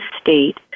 state